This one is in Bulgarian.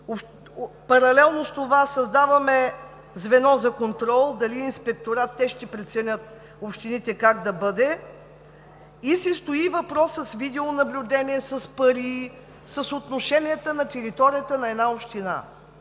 паралелно с това създаваме звено за контрол – дали е инспекторат, общините ще преценят как да бъде. Стои въпросът с видеонаблюдението, с парите, с отношенията на територията на една община.